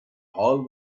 hall